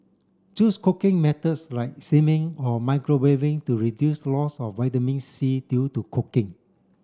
choose cooking methods like steaming or microwaving to reduce loss of vitamin C due to cooking